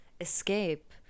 escape